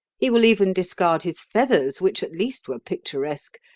he will even discard his feathers, which at least were picturesque,